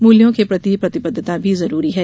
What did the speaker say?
मूल्यों के प्रति प्रतिबद्धता भी जरूरी है